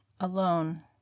alone